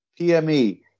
PME